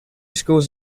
schools